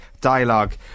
dialogue